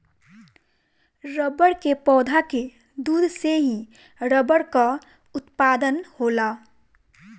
रबड़ के पौधा के दूध से ही रबड़ कअ उत्पादन होला